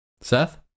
Seth